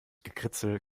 gekritzel